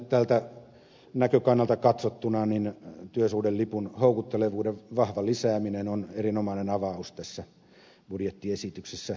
tältä näkökannalta katsottuna työsuhdelipun houkuttelevuuden vahva lisääminen on erinomainen avaus tässä budjettiesityksessä